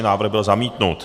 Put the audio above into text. Návrh byl zamítnut.